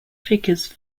figures